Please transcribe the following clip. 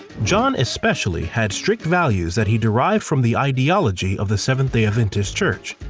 john especially had strict values that he derived from the ideology of the seventh-day adventist church.